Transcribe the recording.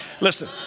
Listen